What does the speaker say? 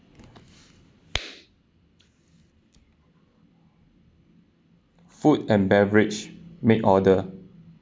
food and beverage make order